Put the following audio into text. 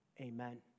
amen